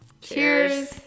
Cheers